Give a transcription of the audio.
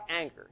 anger